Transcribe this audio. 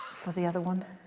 for the other one.